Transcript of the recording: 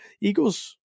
Eagles